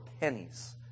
pennies